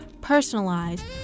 personalized